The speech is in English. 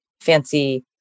fancy